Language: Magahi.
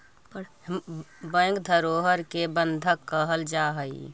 बैंक धरोहर के बंधक कहल जा हइ